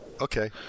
Okay